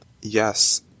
Yes